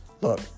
look